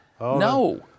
No